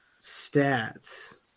stats